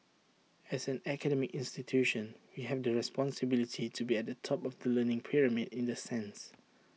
as an academic institution we have the responsibility to be at the top of the learning pyramid in the sense